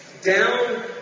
down